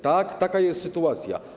Tak, taka jest sytuacja.